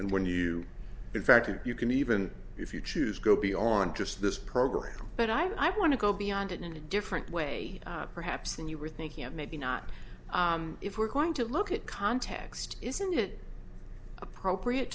and when you in fact you can even if you choose go beyond just this program but i want to go beyond it in a different way perhaps than you were thinking of maybe not if we're going to look at context isn't it appropriate